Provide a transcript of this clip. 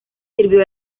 sirvió